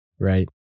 right